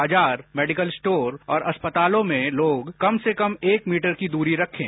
बाजार medical store और अस्पतालों में लोग कम से कम एक मीटर की दूरी रखें